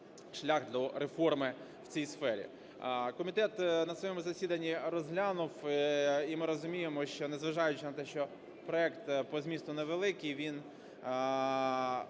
шлях до реформи в цій сфері. Комітет на своєму засіданні розглянув, і ми розуміємо, що, незважаючи на те, що проект по змісту невеликий, він